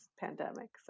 pandemic